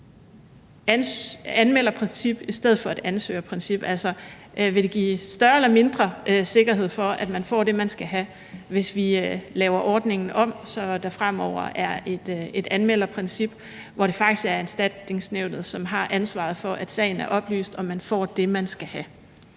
anmelderprincip i stedet for et ansøgerprincip. Vil det give større eller mindre sikkerhed for, at man får det, man skal have, hvis vi laver ordningen om, så der fremover er et anmelderprincip, hvor det faktisk er Erstatningsnævnet, som har ansvaret for, at sagen er oplyst, og at man får det, man skal have?